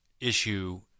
issue